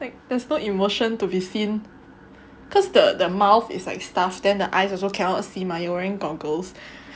like there's no emotion to be seen because the the mouth is like stuffed then the eyes also cannot see mah you wearing goggles